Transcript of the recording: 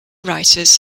writers